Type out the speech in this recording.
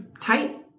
tight